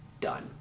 done